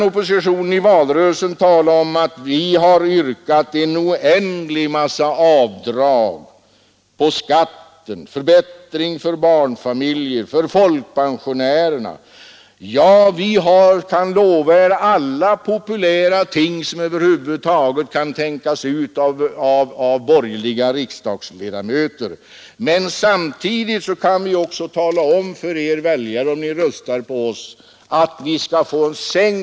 Oppositionen kan i valrörelsen tala om att man yrkat en oändlig massa avdrag på skatten, förbättringar för barnfamiljerna och för folkpensionärerna, ja alla populära ting som över huvud taget kan tänkas ut av borgerliga riksdagsledamöter. Men samtidigt kan man också tala om för väljarna att om de röstar på oppositionen skall änkta skatter.